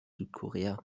südkorea